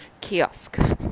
Kiosk